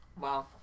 Wow